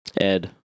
Ed